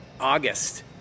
August